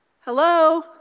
hello